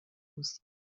muss